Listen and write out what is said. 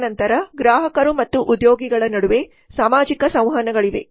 ತದನಂತರ ಗ್ರಾಹಕರು ಮತ್ತು ಉದ್ಯೋಗಿಗಳ ನಡುವೆ ಸಾಮಾಜಿಕ ಸಂವಹನಗಳಿವೆ